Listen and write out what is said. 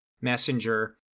messenger